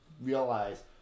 realize